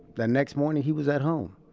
that next morning, he was at home.